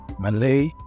Malay